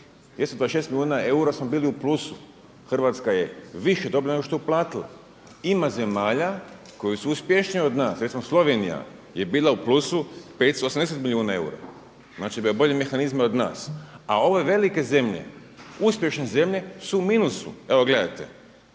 226 milijuna eura smo bili u plusu. Hrvatska je više dobila nego što je uplatila. Ima zemalja koje su uspješnije od nas, recimo Slovenija je bila u plusu 580 milijuna eura, znači da ima bolje mehanizme od nas. A ove velike zemlje, uspješne zemlje su u minusu. Evo gledajte,